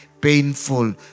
painful